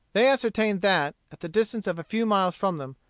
they ascertained that, at the distance of a few miles from them,